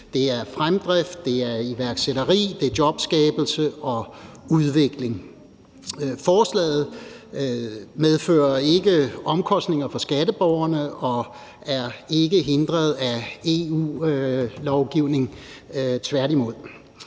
Det er fremdrift, det er iværksætteri, det er jobskabelse og udvikling. Forslaget medfører ikke omkostninger for skatteborgerne og er ikke hindret af EU-lovgivning, tværtimod.